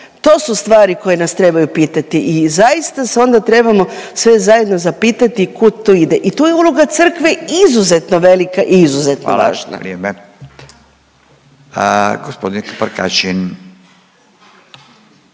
To su stvari koje nas trebaju pitati i zaista se onda trebamo sve zajedno zapitati kud to ide. I tu je uloga crkve izuzetno velika i izuzetno važna. **Radin, Furio